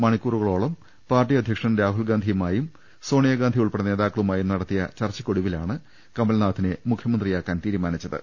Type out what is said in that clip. മണിക്കൂറുകളോളം പാർട്ടി അധ്യക്ഷൻ രാഹുൽഗാന്ധിയുമായും സോണിയഗാന്ധി ഉൾപ്പെടെ നേതാക്കളുമായും നടത്തിയ ചർച്ചയ്ക്കൊടുവിലാണ് കമൽനാഥിനെ മുഖ്യ മന്ത്രിയാക്കാൻ തീരുമാനമായത്